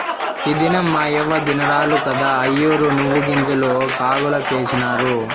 ఈ దినం మాయవ్వ దినారాలు కదా, అయ్యోరు నువ్వుగింజలు కాగులకేసినారు